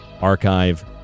archive